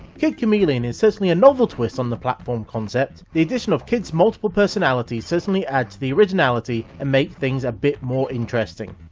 kid chameleon is certainly a novel twist on the platform conccept. the addition of kid's multiple personalities certainly add to the originality and make things a bit more interesting.